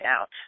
out